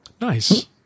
Nice